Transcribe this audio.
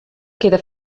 queda